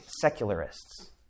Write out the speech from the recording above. secularists